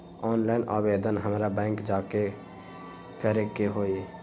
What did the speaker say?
Online आवेदन हमरा bank जाके करे के होई?